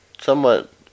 somewhat